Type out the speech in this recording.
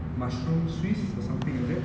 mushroom swiss or something like that